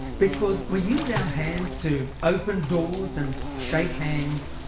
because we use our hands to open doors and shake hands,